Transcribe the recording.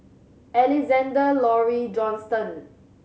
Alexander Laurie Johnston